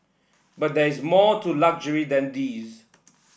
but there is more to luxury than these